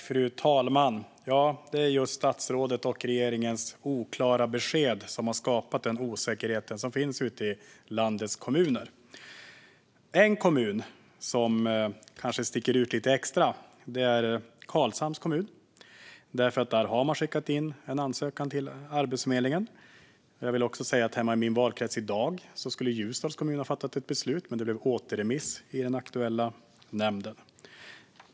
Fru talman! Det är just statsrådets och regeringens oklara besked som har skapat den osäkerhet som finns ute i landets kommuner. En kommun som kanske sticker ut lite extra är Karlshamns kommun. Där har man skickat in en ansökan till Arbetsförmedlingen. Även i Ljusdals kommun hemma i min valkrets skulle man i dag ha fattat ett sådant beslut, men det blev återremiss i den aktuella nämnden.